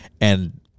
and-